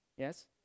Yes